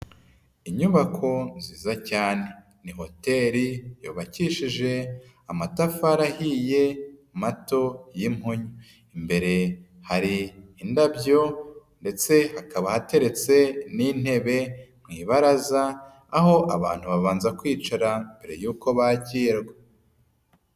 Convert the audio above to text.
Inyubako nziza cyane, ni hoteri yubakishije amatafari ahiye mato y'impunyu. Imbere hari indabyo ndetse hakaba hateretse n'intebe mu ibaraza, aho abantu babanza kwicara mbere yuko bakirwa.